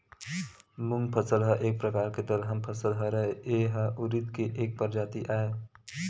मूंग फसल ह एक परकार के दलहन फसल हरय, ए ह उरिद के एक परजाति आय